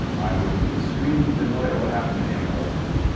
i was extremely familiar what happened to daniel ellsberg.